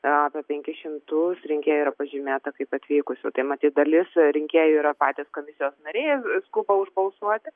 rado penkis šimtus rinkėjų yra pažymėta kaip atvykusių tai matyt dalis rinkėjų yra patys komisijos nariai skuba užbalsuoti